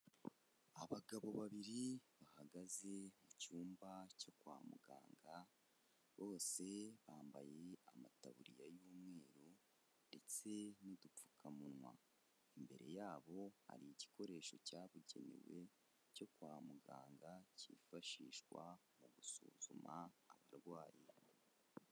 Abagabo babiri bahagaze mu cyumba cyo kwa muganga bose bambaye amataburiya y'umweru ndetse n'udupfukamunwa, imbere yabo hari igikoresho cyabugenewe cyo kwa muganga cyifashishwa mu gusuzuma abarwayi.